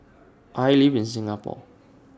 I live in Singapore